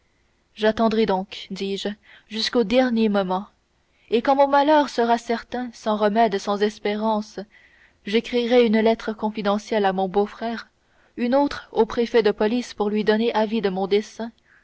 j'attendrai donc dis-je jusqu'au dernier moment et quand mon malheur sera certain sans remède sans espérance j'écrirai une lettre confidentielle à mon beau-frère une autre au préfet de police pour lui donner avis de mon dessein